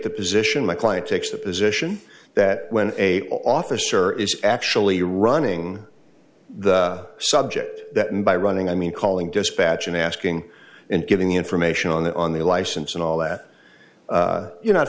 the position my client takes the position that when a officer is actually running the subject and by running i mean calling dispatch and asking and giving information on the on the license and all that you're not